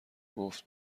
گفت